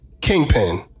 Kingpin